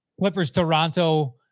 Clippers-Toronto